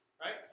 right